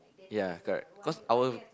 ya correct cause our